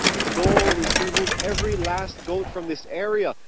it's goal is to remove every last goat from this area.